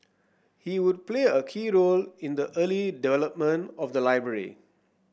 he would play a key role in the early development of the library